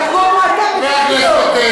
תקומו אתם ותגידו.